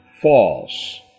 false